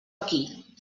aquí